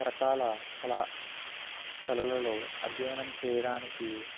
రక రకాల కళా కళలలో అధ్యయనం చేయడానికి